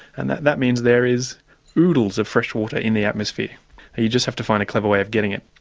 and that that means there is oodles of fresh water in the atmosphere, and you just have to find a clever way of getting it.